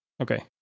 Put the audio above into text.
Okay